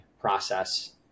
process